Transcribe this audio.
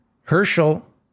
Herschel